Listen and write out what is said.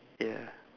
yeah